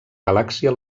galàxia